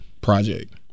project